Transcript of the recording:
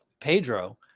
Pedro